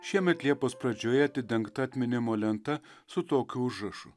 šiemet liepos pradžioje atidengta atminimo lenta su tokiu užrašu